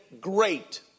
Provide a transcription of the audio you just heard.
great